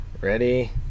Ready